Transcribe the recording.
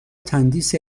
تندیس